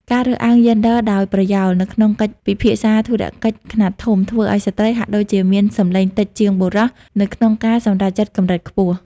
ការរើសអើងយេនឌ័រដោយប្រយោលនៅក្នុងកិច្ចពិភាក្សាធុរកិច្ចខ្នាតធំ ធ្វើឱ្យស្ត្រីហាក់ដូចជាមានសំឡេងតិចជាងបុរសនៅក្នុងការសម្រេចចិត្តកម្រិតខ្ពស់។